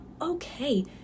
okay